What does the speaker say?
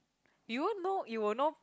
you won't know you will know